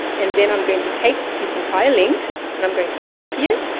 and then i'm going to take this entire link and i'm going to copy it.